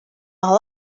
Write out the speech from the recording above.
all